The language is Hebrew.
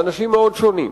לאנשים מאוד שונים,